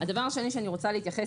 הדבר השני, בהקשר